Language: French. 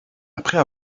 après